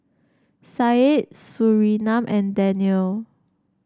Syed Surinam and Danial